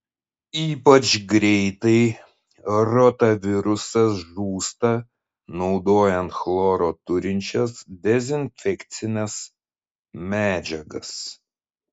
ypač greitai rotavirusas žūsta naudojant chloro turinčias dezinfekcines medžiagas